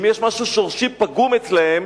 אם יש משהו שורשי פגום אצלם,